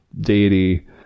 deity